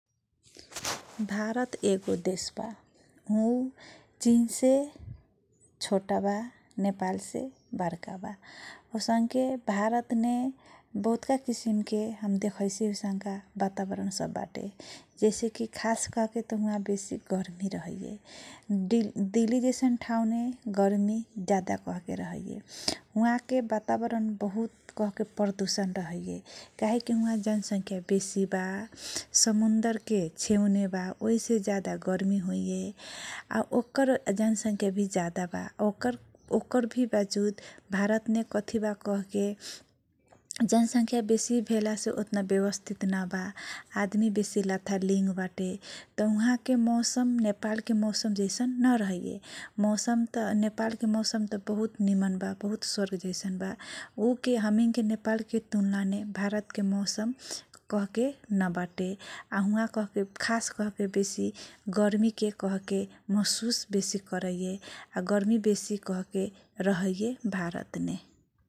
भारत ए गो देशबा उ चिनसे छोटाबा नेपालसे बरकाबा अउसङके भारतने बहुतका किसिमके हम देखाइसी । अनसङका बातावरण सबबाटे जैसेकी खासकहकेत उहा बेसि गर्मि रहैये । डिल दिलि जैसन ठाओने गर्मि जादा कहके रहैये । उहाके बातावरण बहुत कहके परदुषण रहैये काहेकी उहा जनसंख्या बेसीबा समुन्दरके छेउनेबा ओइसे जादा गर्मि होइए । आ ओकार जनसंख्याभि जादाबा ओकर ओकरभि बजूद भारतने कथिबा कहके जनसंख्या बेसी भेला से व्यवस्थित नबा आदमी लाथा लिङ्गबाते । तह उहाके मौसम नेपालके मौसम जैसन नरहैये मौसम तह नेपालके मौसम बहुत निमनबा बहुत स्वर्ग जैसन बा । उके हमिनके नेपालके तुलनाने भारतके मौसम कहके नबाटे आ हुहा कहके खास कहके बेसी गर्मिके कहके मसुस बेसी करैये आ गर्मी बेसी कहके रहैये भारतने ।